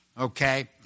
okay